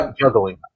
juggling